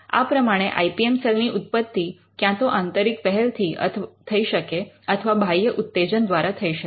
આ પ્રમાણે I P M cell ની ઉત્પત્તિ કાં તો આંતરિક પહેલથી થઈ શકે અથવા બાહ્ય ઉત્તેજન દ્વારા થઇ શકે